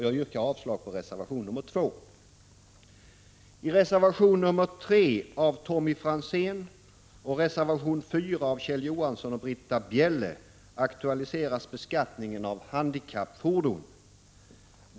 Jag yrkar avslag på reservation nr 2. I reservation 3 av Tommy Franzén samt reservation 4 av Kjell Johansson och Britta Bjelle aktualiseras beskattningen av handikappfordon.